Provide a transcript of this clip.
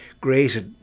great